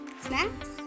Snacks